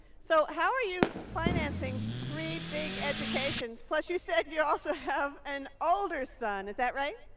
so how are you financing three big educations? plus you said you also have an older son. is that right?